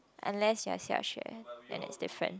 unless your Xiaxue that is different